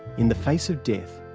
in the face of death,